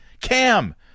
Cam